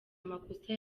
amakosa